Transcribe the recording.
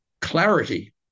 clarity